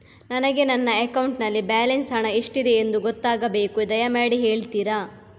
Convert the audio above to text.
ನನಗೆ ನನ್ನ ಅಕೌಂಟಲ್ಲಿ ಬ್ಯಾಲೆನ್ಸ್ ಹಣ ಎಷ್ಟಿದೆ ಎಂದು ಗೊತ್ತಾಗಬೇಕು, ದಯಮಾಡಿ ಹೇಳ್ತಿರಾ?